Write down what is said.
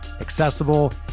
accessible